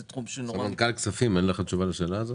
זה תחום --- אין לכם תשובה על השאלה הזאת?